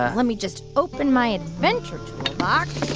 ah let me just open my adventure ah